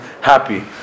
happy